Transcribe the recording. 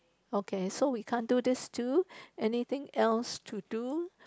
okay so we can't do this too anything else to do